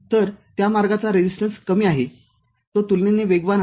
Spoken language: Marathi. तरत्या मार्गाचा रेजिस्टन्स कमी आहे तो तुलनेने वेगवान आहे